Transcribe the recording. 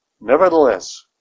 Nevertheless